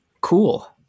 Cool